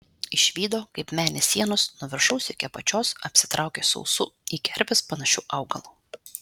išvydo kaip menės sienos nuo viršaus iki apačios apsitraukia sausu į kerpes panašiu augalu